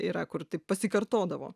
yra kur taip pasikartodavo